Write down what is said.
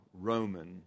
Roman